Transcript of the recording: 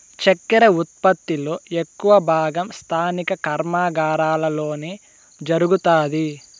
చక్కర ఉత్పత్తి లో ఎక్కువ భాగం స్థానిక కర్మాగారాలలోనే జరుగుతాది